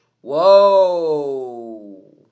Whoa